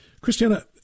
Christiana